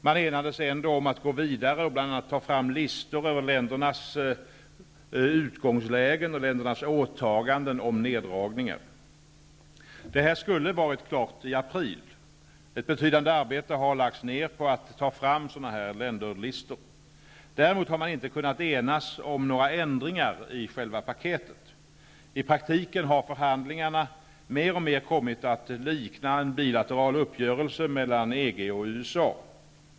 Man enades ändå om att gå vidare och bl.a. ta fram listor över ländernas utgångslägen och åtaganden om neddragningar. Det här skulle ha varit klart i april. Ett betydande arbete har lagst ned på lagts ned på att ta fram sådana här länderlistor. Däremot har man inte kunnat enas om några ändringar i själva paketet. I praktiken har förhandlingarna mer och mer kommit att likna en bilateral uppgörelse mellan EG och USA.